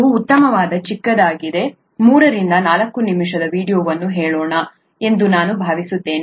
ಇದು ಉತ್ತಮವಾದ ಚಿಕ್ಕದಾಗಿದೆ 3 ರಿಂದ 4 ನಿಮಿಷಗಳ ವೀಡಿಯೊವನ್ನು ಹೇಳೋಣ ಎಂದು ನಾನು ಭಾವಿಸುತ್ತೇನೆ